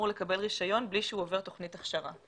לקבל רישיון בלי שהוא עובר תוכנית הכשרה.